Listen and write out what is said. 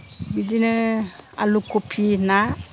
बिदिनो आलु कबि ना